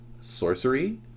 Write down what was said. sorcery